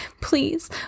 please